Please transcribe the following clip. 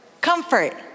Comfort